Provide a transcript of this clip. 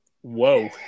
whoa